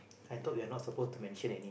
I thought we're not supposed to mention any